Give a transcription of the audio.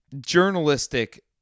journalistic